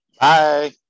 Bye